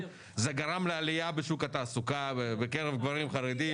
זה גרם לעלייה בשוק התעסוקה ובקרב גברים חרדים.